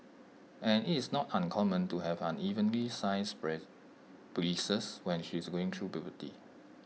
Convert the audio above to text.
and is not uncommon to have unevenly sized bread breasts when she is going through puberty